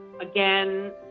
again